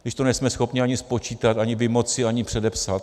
Když to nejsme schopni ani spočítat, ani vymoci, ani předepsat?